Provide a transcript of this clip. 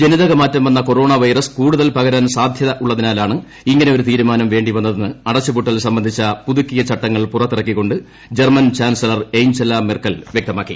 ജനിതകമാറ്റം വന്ന corona virus കൂടുതൽ പകരാൻ സാധൃതയുള്ളതിനാലാണ് ഇങ്ങനെയൊരു തീരുമാനം വേണ്ടി വന്നതെന്ന് അടച്ചുപൂട്ടൽ സംബന്ധിച്ച പുതുക്കിയ ചട്ടങ്ങൾ പുറത്തിറക്കിക്കൊണ്ട് ജർമ്മൻ ചാൻസലർ എയ്ഞ്ചല മെർക്കൽ വൃക്തമാക്കി